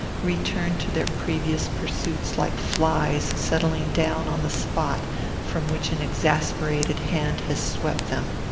returned to their previous pursuits like flies settling down on the spot from which an exasperated hand has swept them.